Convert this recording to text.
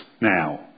now